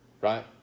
Right